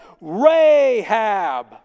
Rahab